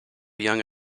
young